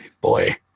Boy